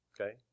Okay